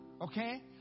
Okay